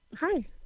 Hi